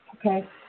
Okay